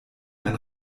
ein